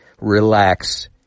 relax